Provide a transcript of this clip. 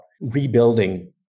rebuilding